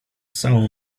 całą